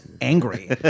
angry